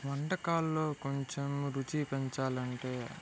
వంటకాల్లో కొంచెం రుచి పెంచాలంటే